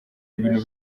ibintu